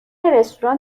رستوران